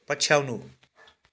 पछ्याउनु